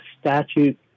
statute